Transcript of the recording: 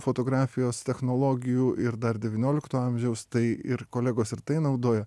fotografijos technologijų ir dar devyniolikto amžiaus tai ir kolegos ir tai naudoja